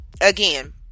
Again